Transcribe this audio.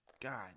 God